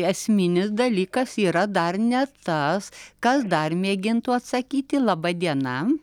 esminis dalykas yra dar ne tas kas dar mėgintų atsakyti laba diena